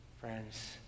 Friends